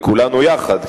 לכולנו יחד,